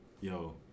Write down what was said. yo